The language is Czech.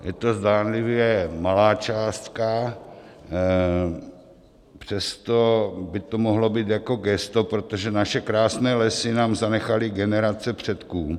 Je to zdánlivě malá částka, přesto by to mohlo být jako gesto, protože naše krásné lesy nám zanechaly generace předků.